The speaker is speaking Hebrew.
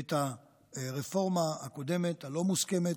את הרפורמה הקודמת, הלא-מוסכמת,